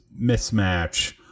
mismatch